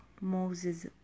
Moses